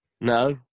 No